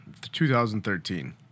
2013